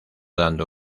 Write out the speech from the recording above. dando